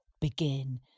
Begin